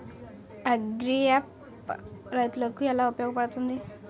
Agri app రైతులకి ఏలా ఉపయోగ పడుతుంది?